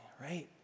right